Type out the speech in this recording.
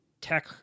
tech